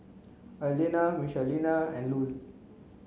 Arlena Michelina and Luz